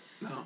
No